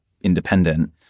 independent